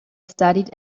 studied